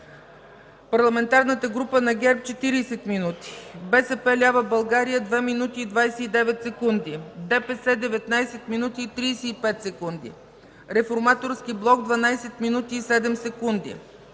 Парламентарната група на ГЕРБ – 40 минути; БСП ЛБ – 2 минути и 29 секунди; ДПС – 19 минути и 35 секунди; Реформаторският блок – 12 минути и 7 секунди;